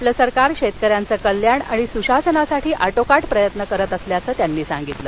आपलं सरकार शत्तक्रिन्यांचं कल्याण आणि सुशासनासाठी आटोकाट प्रयत्न करत असल्याचं त्यांनी सांगितलं